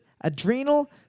adrenal